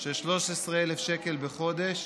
של 13,000 שקל בחודש